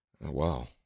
Wow